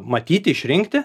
matyti išrinkti